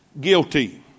guilty